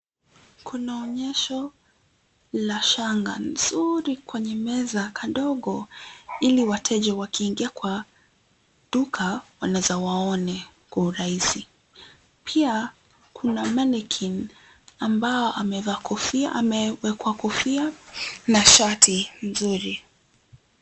Kuna onyesho la shanga nzuri kwenye meza kadogo ili wateja wakiingia kwa duka wanaweza waone kwa urahisi. Pia kuna manequinn ambao amewekwa kofia na shati nzuri.